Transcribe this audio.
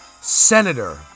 Senator